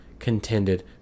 contended